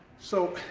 so,